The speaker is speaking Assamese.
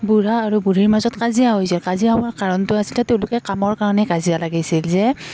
বুঢ়া আৰু বুঢ়ীৰ মাজত কাজিয়া হৈছিল কাজিয়া হোৱাৰ কাৰণটো আছিলে তেওঁলোকে কামৰ কাৰণে কাজিয়া লাগিছিল যে